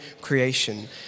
creation